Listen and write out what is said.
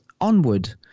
Onward